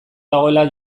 dagoela